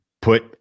put